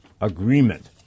agreement